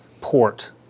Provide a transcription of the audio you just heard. port